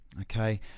okay